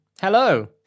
Hello